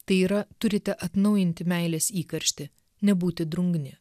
tai yra turite atnaujinti meilės įkarštį nebūti drungni